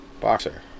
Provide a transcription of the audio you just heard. Boxer